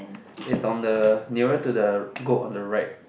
it's on the nearer to the goat on the right